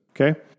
Okay